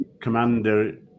commander